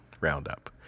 Roundup